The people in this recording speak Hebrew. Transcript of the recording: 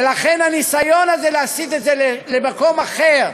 ולכן הניסיון הזה להסיט את זה למקום אחר,